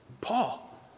Paul